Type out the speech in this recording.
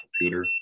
computer